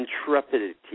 intrepidity